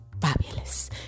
Fabulous